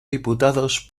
diputados